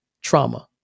trauma